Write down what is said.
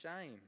shame